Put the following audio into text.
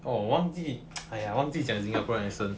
or 忘记 !aiya! 忘记讲 singaporean accent